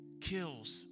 Kills